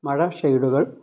മഴ ഷേഡുകൾ